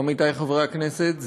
עמיתי חברי הכנסת,